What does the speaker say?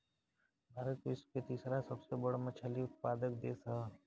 भारत विश्व के तीसरा सबसे बड़ मछली उत्पादक देश ह